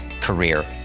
career